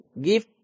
give